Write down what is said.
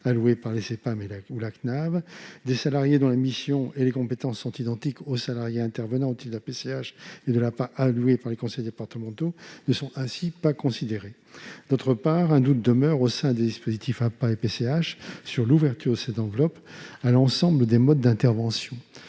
d'assurance vieillesse (CNAV). Des salariés dont la mission et les compétences sont identiques à celles des salariés intervenant au titre de la PCH et de l'APA allouées par les conseils départementaux ne sont, ainsi, pas considérés. D'autre part, un doute demeure, au sein des dispositifs APA et PCH sur l'ouverture de cette enveloppe à l'ensemble des modes d'intervention.